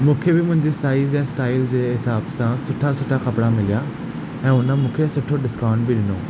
मूंखे बि मुंहिंजे साइज़ या स्टाइल जे हिसाब सां सुठा सुठा कपिड़ा मिलिया ऐं हुन मूंखे सुठो डिस्काउंट बि ॾिनो